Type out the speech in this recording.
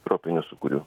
tropinių sūkurių